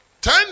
ten